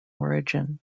origin